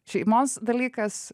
šeimos dalykas